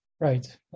Right